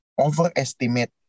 overestimate